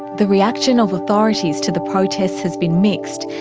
the reaction of authorities to the protests has been mixed.